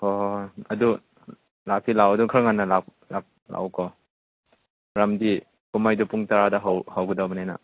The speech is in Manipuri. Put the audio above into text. ꯍꯣꯏ ꯍꯣꯏ ꯍꯣꯏ ꯑꯗꯨ ꯂꯥꯛꯇꯤ ꯂꯥꯛꯑꯣ ꯑꯗꯨꯝ ꯈꯔ ꯉꯟꯅ ꯂꯥꯛꯎꯀꯣ ꯃꯔꯝꯗꯤ ꯀꯨꯝꯍꯩꯗꯨ ꯄꯨꯡ ꯇꯔꯥꯗ ꯍꯧꯒꯗꯕꯅꯤꯅ